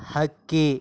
ಹಕ್ಕಿ